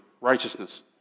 righteousness